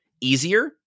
easier